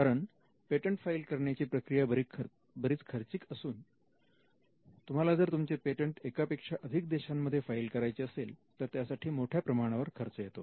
कारण patent file करण्याची प्रक्रिया बरीच खर्चिक असून तुम्हाला जर तुमचे पेटंट एकापेक्षा अनेक देशांमध्ये फाईल करायचे असेल तर त्यासाठी मोठ्या प्रमाणावर खर्च येतो